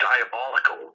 diabolical